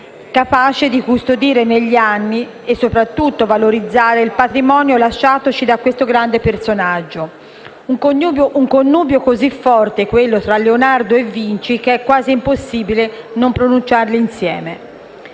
capace di custodire negli anni e soprattutto di valorizzare il patrimonio lasciatoci da questo grande personaggio. Un connubio così forte, quello tra Leonardo e Vinci, che è quasi impossibile non pronunciarli insieme.